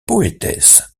poétesse